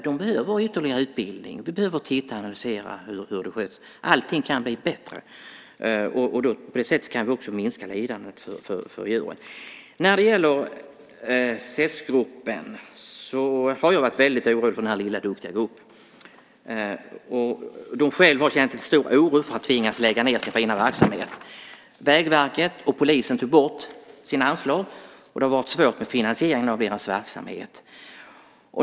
De behöver ytterligare utbildning. Vi behöver titta på och analysera hur det sköts. Allting kan bli bättre. På det sättet kan vi också minska lidandet för djuren. Jag har varit väldigt orolig för den lilla duktiga SES-gruppen. De har själva känt stor oro för att tvingas lägga ned sin fina verksamhet. Vägverket och polisen tog bort sina anslag, och det har varit svårt med finansieringen av deras verksamhet.